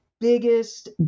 biggest